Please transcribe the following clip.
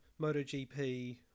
MotoGP